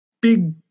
big